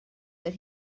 that